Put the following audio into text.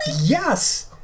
yes